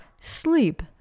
Sleep